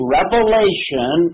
revelation